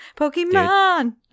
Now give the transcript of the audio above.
Pokemon